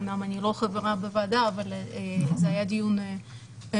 אומנם אני לא חברה בוועדה אבל זה היה דיון מאוד